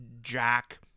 Jack